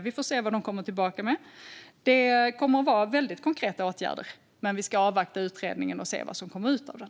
Vi får se vad utredningen kommer tillbaka med. Det kommer att bli väldigt konkreta åtgärder. Men vi ska avvakta utredningen och se vad som kommer ut av den.